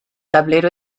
tablero